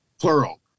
Plural